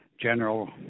general